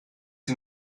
sie